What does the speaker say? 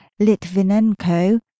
Litvinenko